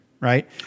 right